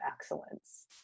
excellence